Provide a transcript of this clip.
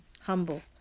humble